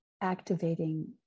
activating